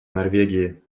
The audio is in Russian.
норвегии